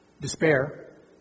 Despair